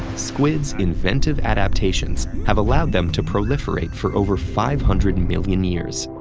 squids' inventive adaptations have allowed them to proliferate for over five hundred million years.